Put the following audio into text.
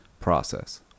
process